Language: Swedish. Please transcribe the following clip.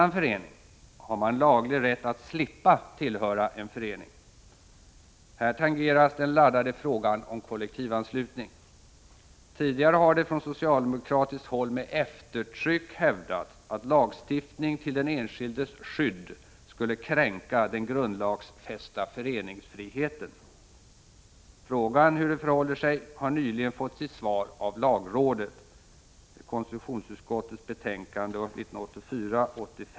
förening? Har man laglig rätt att slippa tillhöra en förening? Här tangeras den laddade frågan om kollektivanslutning. Tidigare har det från socialdemokratiskt håll med eftertryck hävdats, att lagstiftning till den enskildes skydd skulle kränka den grundlagsfästa föreningsfriheten. Frågan hur det förhåller sig har nyligen fått sitt svar av lagrådet .